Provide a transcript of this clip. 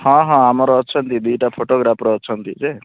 ହଁ ହଁ ଆମର ଅଛନ୍ତି ଦୁଇଟା ଫଟୋଗ୍ରାଫର୍ ଅଛନ୍ତି ଯେ